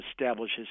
establishes